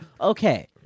okay